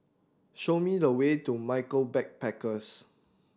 show me the way to Michael Backpackers